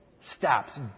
stops